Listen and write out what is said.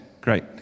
great